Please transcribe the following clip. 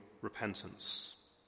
repentance